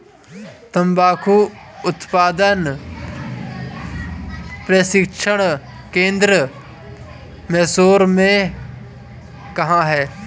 तंबाकू उत्पादन प्रशिक्षण केंद्र मैसूर में कहाँ है?